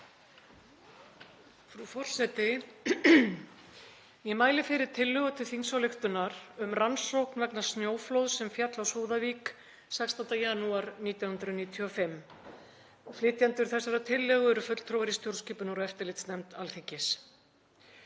forseti. Ég mæli fyrir tillögu til þingsályktunar um rannsókn vegna snjóflóðs sem féll á Súðavík 16. janúar 1995. Flytjendur þessarar tillögu eru fulltrúar í stjórnskipunar- og eftirlitsnefnd Alþingis.